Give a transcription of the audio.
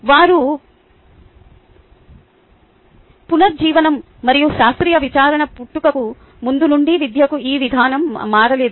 వారి పునరుజ్జీవనం మరియు శాస్త్రీయ విచారణ పుట్టుకకు ముందు నుండి విద్యకు ఈ విధానం మారలేదు